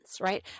right